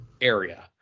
area